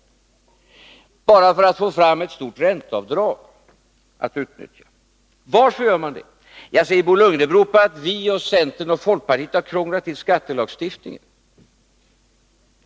De tog alltså upp lånen bara för att få fram ett stort ränteavdrag att utnyttja. Varför gör man det? Jo, säger Bo Lundgren, det beror på att vi och centern och folkpartiet har krånglat till skattelagstiftningen.